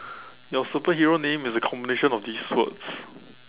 your superhero name is a combination of these words